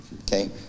okay